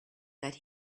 that